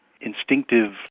instinctive